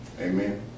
Amen